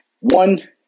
One